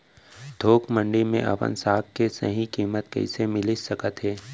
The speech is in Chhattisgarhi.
थोक मंडी में अपन साग के सही किम्मत कइसे मिलिस सकत हे?